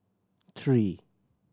three